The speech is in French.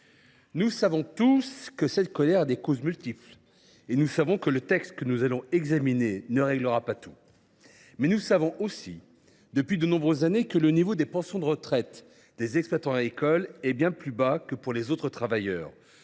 Nous savons tous que celle ci a des causes multiples, et que le texte que nous allons examiner ne réglera pas tout. Cependant, nous savons aussi, depuis de nombreuses années, que le niveau des pensions de retraite des exploitants agricoles est bien plus bas que celui des autres travailleurs